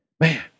Man